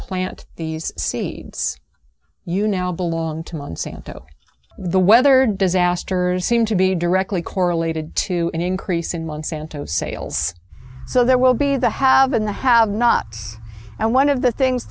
plant these seeds you now belong to monsanto the weather disasters seem to be directly correlated to an increase in monsanto sales so there will be the have and the have nots and one of the things